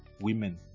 women